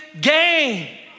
game